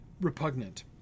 repugnant